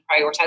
prioritize